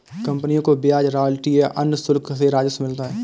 कंपनियों को ब्याज, रॉयल्टी या अन्य शुल्क से राजस्व मिलता है